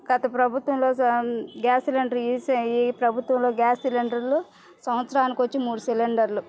గత ప్రభుత్వంలో gas cylinder ఈ ప్రభుత్వంలో గ్యాస్ సిలిండర్లు సంవత్సరానికి వచ్చి మూడు సిలిండర్లు